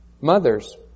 mothers